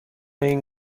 این